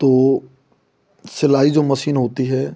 तो सिलाई जो मशीन होती है